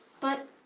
but,